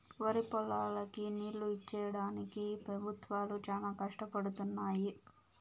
వరిపొలాలకి నీళ్ళు ఇచ్చేడానికి పెబుత్వాలు చానా కష్టపడుతున్నయ్యి